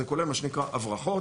זה כולל מה שנקרא הברחות,